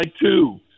two